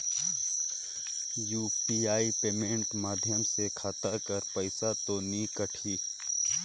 UPI payment माध्यम से खाता कर पइसा तो नी कटही?